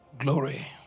glory